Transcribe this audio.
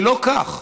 זה לא כך.